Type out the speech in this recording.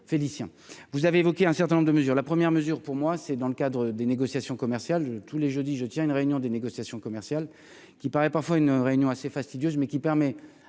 Félicien, vous avez évoqué un certain nombre de mesures, la première mesure pour moi, c'est dans le cadre des négociations commerciales tous les jeudis, je tiens une réunion des négociations commerciales qui paraît parfois une réunion assez fastidieuse mais qui permet